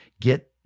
get